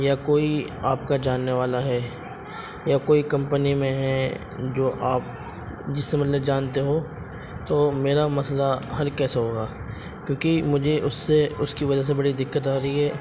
یا کوئی آپ کا جاننے والا ہے یا کوئی کمپنی میں ہیں جو آپ جسے مطلب جانتے ہو تو میرا مسئلہ حل کیسے ہوگا کیونکہ مجھے اس سے اس کی وجہ سے بڑی دقت آ رہی ہے